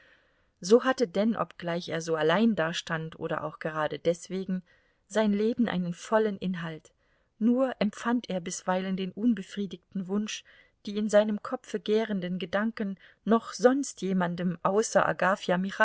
so hatte denn obgleich er so allein dastand oder auch gerade deswegen sein leben einen vollen inhalt nur empfand er bisweilen den unbefriedigten wunsch die in seinem kopfe gärenden gedanken noch sonst jemandem außer